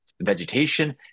vegetation